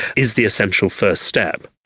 is the essential first step.